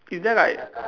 is there like